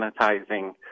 sanitizing